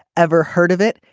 ever heard of it.